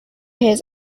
his